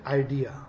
idea